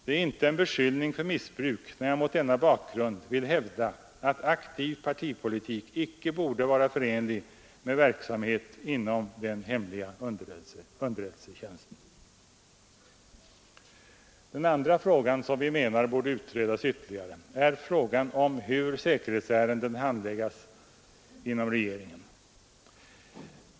Det är inte en beskyllning för missbruk, när jag mot denna bakgrund vill hävda att aktiv partipolitik icke borde vara förenlig med verksamheten inom den hemliga underrättelsetjänsten. Den andra fråga som vi menar borde ytterligare utredas är frågan om hur säkerhetsärenden handlägges inom regeringen.